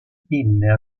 pinne